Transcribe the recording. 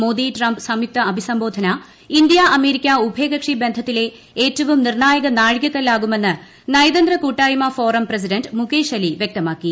Modi Trump സംയുക്ത അഭിസംബോധന India America ഉഭയകക്ഷി ബന്ധത്തിലെ ഏറ്റവും നിർണായക നാഴ്ചികൂക്കല്ലാകുമെന്ന് നയതന്ത്ര കൂട്ടായ്മ ഫോറം പ്രസിഡന്റ് ്ട് മുക്കേ്ഷ് അലി വ്യക്തമാക്കി